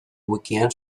wikian